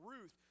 Ruth